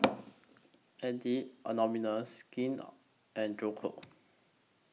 Addicts Anonymous Skin and Joe Co